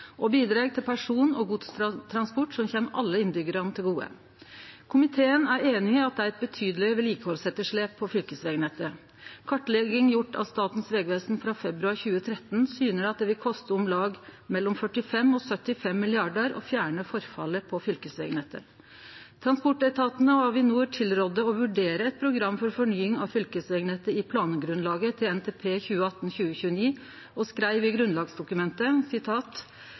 og bidreg til person- og godstransport som kjem alle innbyggjarane til gode. Komiteen er einig i at det er eit betydeleg vedlikehaldsetterslep på fylkesvegnettet. Kartlegging gjort av Statens vegvesen frå februar 2013 syner at det vil koste om lag mellom 45 og 75 mrd. kr å fjerne forfallet på fylkesvegnettet. Transportetatane og Avinor tilrådde å vurdere eit program for fornying av fylkesvegnettet i plangrunnlaget til NTP 2018–2029 og skreiv i grunnlagsdokumentet: